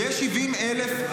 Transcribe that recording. ויש 70,000,